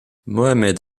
mohamed